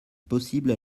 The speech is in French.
possible